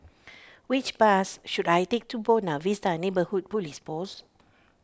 which bus should I take to Buona Vista Neighbourhood Police Post